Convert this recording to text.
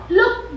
look